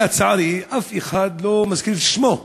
לצערי, אף אחד לא מזכיר את שמו,